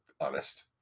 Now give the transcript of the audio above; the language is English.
honest